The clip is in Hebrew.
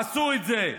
עשו את זה.